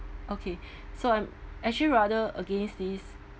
okay so I'm actually rather against this